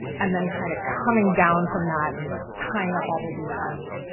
and then kind of coming down from that and tying up all the loose ends.